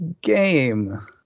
game